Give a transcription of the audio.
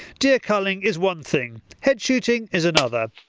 deer culling is one thing head shooting is another.